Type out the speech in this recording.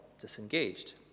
disengaged